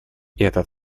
этот